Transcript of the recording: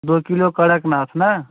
दो किलो कड़कनाथ ना